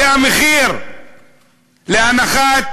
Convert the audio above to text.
זה המחיר של הנחת